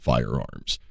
Firearms